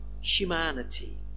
humanity